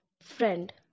friend